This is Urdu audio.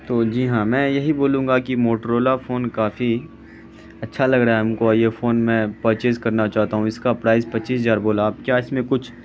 تو جی ہاں میں یہی بولوں گا کہ موٹرولا فون کافی اچھا لگ رہا ہے ہم کو اور یہ فون میں پرچیز کرنا چاہتا ہوں اس کا پرائز پچیس ہزار بولا آپ کیا اس میں کچھ